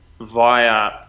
via